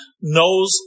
knows